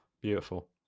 beautiful